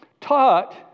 taught